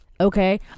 Okay